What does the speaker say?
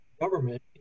government